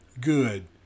good